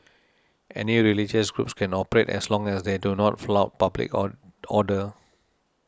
any religious groups can operate as long as they do not flout public order